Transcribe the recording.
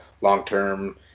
long-term